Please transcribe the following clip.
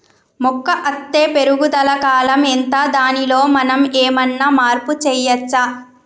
మొక్క అత్తే పెరుగుదల కాలం ఎంత దానిలో మనం ఏమన్నా మార్పు చేయచ్చా?